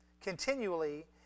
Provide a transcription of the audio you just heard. continually